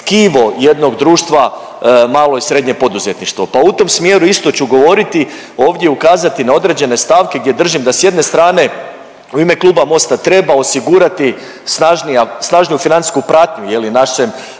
tkivo jednog društva, malo i srednje poduzetništvo. Pa u tom smjeru isto ću govoriti ovdje ukazati na određene stavke gdje držim da s jedne strane u ime Kluba MOST-a treba osigurati snažnija, snažniju financijsku pratnju je